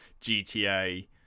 GTA